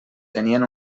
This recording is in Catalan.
tenien